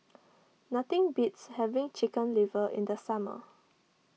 nothing beats having Chicken Liver in the summer